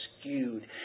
skewed